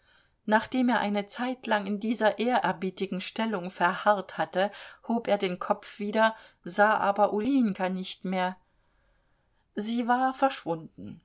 nachdem er eine zeitlang in dieser ehrerbietigen stellung verharrt hatte hob er den kopf wieder sah aber ulinjka nicht mehr sie war verschwunden